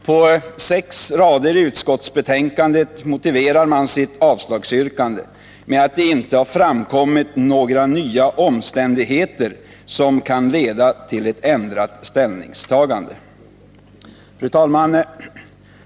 På sex rader i utskottsbetänkandet motiverar man sitt avstyrkande med att det inte har framkommit några nya omständigheter som kan leda till ett ändrat ställningstagande. Fru talman!